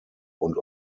und